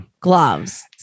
Gloves